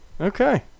Okay